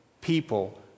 people